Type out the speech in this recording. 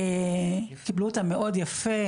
קיבלו אותם מאוד יפה,